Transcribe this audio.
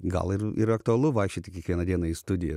gal ir ir aktualu vaikščioti kiekvieną dieną į studiją